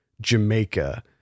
jamaica